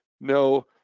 No